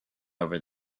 over